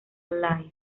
live